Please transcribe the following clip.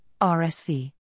RSV